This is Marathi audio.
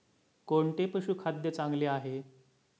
कोणते पशुखाद्य चांगले आहे?